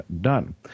done